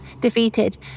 Defeated